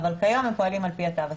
אבל כיום פועלים על פי התו הסגול.